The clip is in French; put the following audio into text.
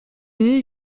eut